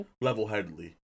level-headedly